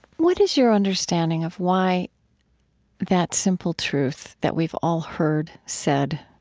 what is your understanding of why that simple truth that we've all heard said